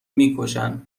میکشن